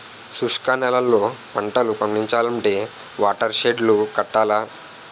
శుష్క నేలల్లో పంటలు పండించాలంటే వాటర్ షెడ్ లు కట్టాల